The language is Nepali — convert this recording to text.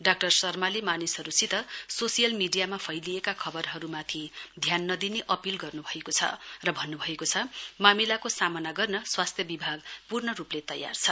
डाक्टर शर्माले मानिसहरूसित सोसियल मीडियामा फैलिएका खबरहरूमाथि ध्यान नदिने अपील गर्नु भएको छ र भन्नु भएको छ मामिलाको सामना गर्न स्वास्थ्य विभाग पूर्ण रूपले तयार छ